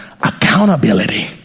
accountability